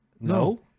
No